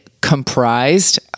comprised